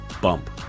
bump